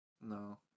No